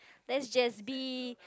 let's just be